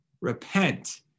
Repent